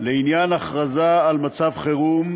לעניין הכרזה על מצב חירום,